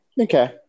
Okay